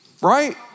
Right